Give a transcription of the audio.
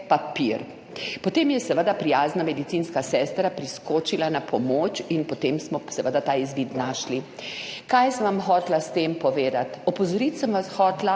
papir. Potem je seveda prijazna medicinska sestra priskočila na pomoč in potem smo seveda ta izvid našli. Kaj sem vam hotela s tem povedati? Opozoriti sem vas hotela